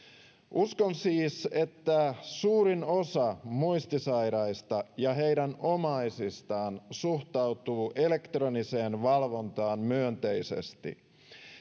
uskon siis että suurin osa muistisairaista ja heidän omaisistaan suhtautuu elektroniseen valvontaan myönteisesti